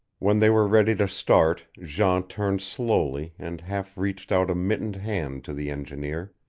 when they were ready to start jean turned slowly and half reached out a mittened hand to the engineer.